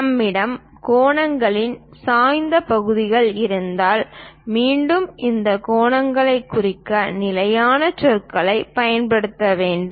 நம்மிடம் கோணங்களில் சாய்ந்த பகுதிகள் இருந்தால் மீண்டும் இந்த கோணங்களைக் குறிக்க நிலையான சொற்களைப் பயன்படுத்த வேண்டும்